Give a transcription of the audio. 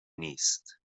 نیست